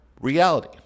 reality